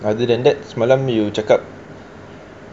other than that semalam you cakap